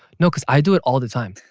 no, cuz i do it all the time